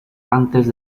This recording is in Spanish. antes